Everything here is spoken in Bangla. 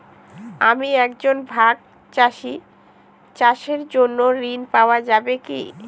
আমি একজন ভাগ চাষি চাষের জন্য ঋণ পাওয়া যাবে কি?